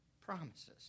promises